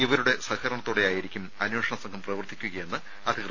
ഇവരുടെ സഹകരണത്തോടെയായിരിക്കും അന്വേഷണ സംഘം പ്രവർത്തിക്കുകയെന്ന് അധികൃതർ അറിയിച്ചു